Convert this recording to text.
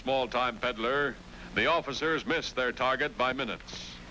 small time pedler the officers miss their target by minutes